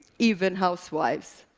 even housewives.